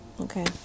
Okay